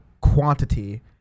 quantity